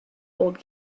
old